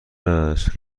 است